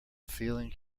feeling